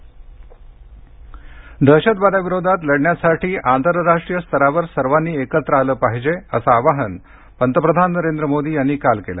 मोदी केवडीया भाषण दहशतवादाविरोधात लढण्यासाठी आंतरराष्ट्रीय स्तरावर सर्वांनी एकत्र आलं पाहिजे असं आवाहन पंतप्रधान नरेंद्र मोदी यांनी काल केलं